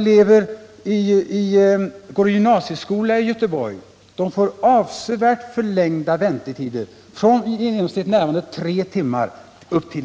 Borås-Göteborg Ett betydande antal skolelever från det berörda området går i gymnasie skola i Göteborg. De får nu avsevärt förlängda väntetider — från som tidigare i